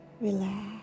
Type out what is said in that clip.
Relax